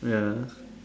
ya